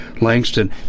Langston